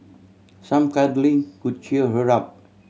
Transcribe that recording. some cuddling could cheer her up